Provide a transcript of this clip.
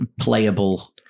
playable